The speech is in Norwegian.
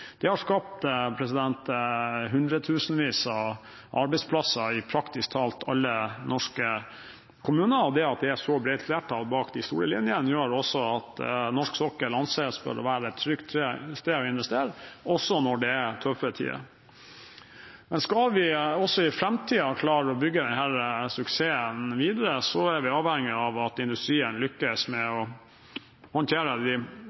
Det har skapt hundretusenvis av arbeidsplasser i praktisk talt alle norske kommuner, og det at det er et så bredt flertall bak de store linjene, gjør også at norsk sokkel anses for å være et trygt sted å investere, også når det er tøffe tider. Men skal vi også i framtiden klare å bygge denne suksessen videre, er vi avhengig av at industrien lykkes med å håndtere de